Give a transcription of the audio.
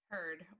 Heard